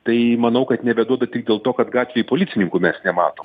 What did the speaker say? tai manau kad nebeduoda tik dėl to kad gatvėj policininkų mes nematom